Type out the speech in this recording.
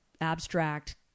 abstract